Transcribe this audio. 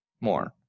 more